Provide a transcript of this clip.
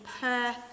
Perth